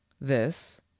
This